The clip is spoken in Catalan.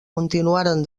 continuaren